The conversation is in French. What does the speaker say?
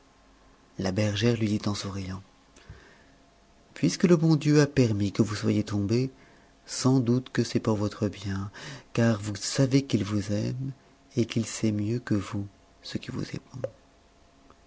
la bergère lui dit en souriant puisque le bon dieu a permis que vous soyez tombée sans doute que c'est pour votre bien car vous savez qu'il vous aime et qu'il sait mieux que vous ce qui vous